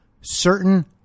certain